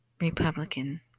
Republican